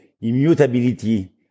immutability